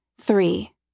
Three